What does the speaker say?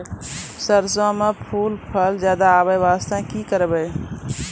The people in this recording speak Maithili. सरसों म फूल फल ज्यादा आबै बास्ते कि करबै?